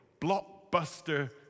blockbuster